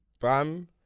Bam